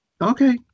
okay